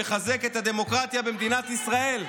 שמחזק את הדמוקרטיה במדינת ישראל.